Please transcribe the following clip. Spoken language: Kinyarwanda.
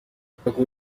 itako